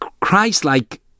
Christ-like